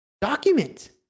Document